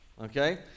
okay